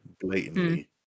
blatantly